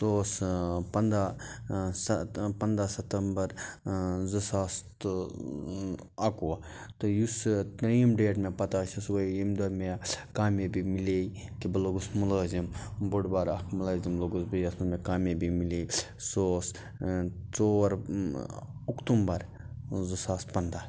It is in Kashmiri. سُہ اوس پنٛداہ سَت پنٛداہ ستمبَر زٕ ساس تہٕ اَکوُہ تہٕ یُسہٕ ترٛیٚیِم ڈیٹ مےٚ پَتہ چھِ سُہ گٔے ییٚمہِ دۄہ مےٚ کامیٲبی مِلے کہِ بہٕ لوٚگُس مُلٲزِم بوٚڈ بارٕ اَکھ مُلٲزِم لوٚگُس بہٕ یَتھ منٛز مےٚ کامیٲبی مِلے سُہ اوس ژور اکتوٗبَر زٕ ساس پنٛداہ